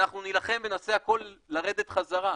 אנחנו נילחם ונעשה הכול לרדת חזרה,